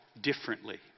differently